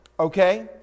Okay